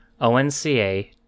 ONCA